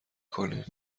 کنین